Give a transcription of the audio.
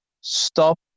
stop